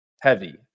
heavy